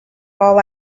all